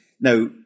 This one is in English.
now